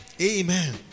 Amen